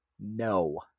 no